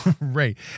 Right